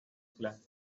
clan